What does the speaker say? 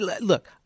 Look